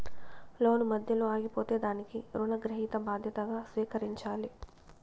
లోను మధ్యలో ఆగిపోతే దానికి రుణగ్రహీత బాధ్యతగా స్వీకరించాలి